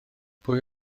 pwy